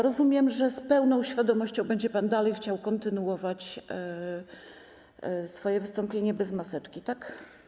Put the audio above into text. Rozumiem, że z pełną świadomością będzie pan chciał kontynuować swoje wystąpienie bez maseczki, tak?